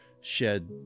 shed